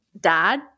Dad